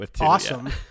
awesome